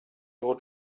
your